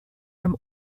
from